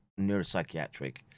neuropsychiatric